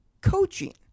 coaching